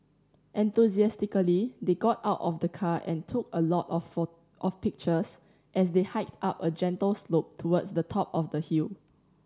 enthusiastically they got out of the car and took a lot of for of pictures as they hiked up a gentle slope towards the top of the hill